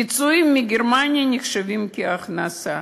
פיצויים מגרמניה נחשבים כהכנסה.